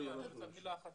מילה אחת